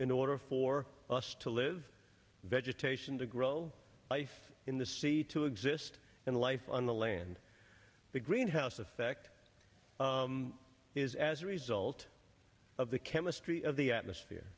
in order for us to live vegetation to grow life in the sea to exist and life on the land the greenhouse effect is as a result of the chemistry of the atmosphere